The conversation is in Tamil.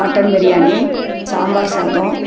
மட்டன் பிரியாணி சாம்பார் சாதம்